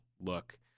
look